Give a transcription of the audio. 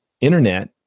internet